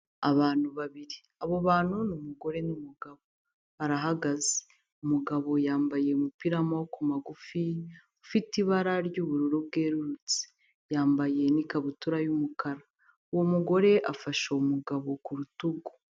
Abantu babiri, abo bantu ni umugore n'umugabo, barahagaze, umugabo yambaye umupira w'amaboko magufi ufite ibara ry'ubururu bwerurutse, yambaye n'ikabutura y'umukara, uwo mugore afashe uwo mugabo ku rutugu.